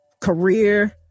career